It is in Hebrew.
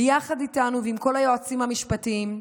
ויחד איתנו ועם כל היועצים המשפטיים,